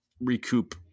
recoup